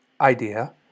idea